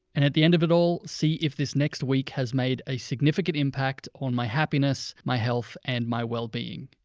and at the end of it all, see if this next week has made a significant impact on my happiness, my health, and my wellbeing.